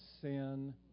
sin